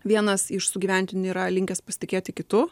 vienas iš sugyventinių yra linkęs pasitikėti kitu